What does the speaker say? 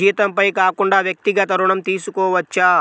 జీతంపై కాకుండా వ్యక్తిగత ఋణం తీసుకోవచ్చా?